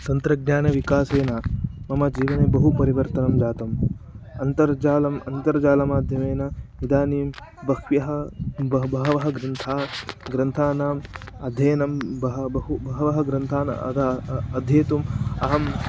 तन्त्रज्ञानविकासेन मम जीवने बहु परिवर्तनं जातम् अन्तर्जालम् अन्तर्जालमाध्यमेन इदानीं बहवः ब बहवः ग्रन्थाः ग्रन्थानाम् अध्ययनं बहु बहु बहवः ग्रन्थान् अद अध्येतुम् अहम्